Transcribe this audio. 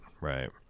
right